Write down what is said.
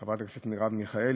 חברת הכנסת מרב מיכאלי,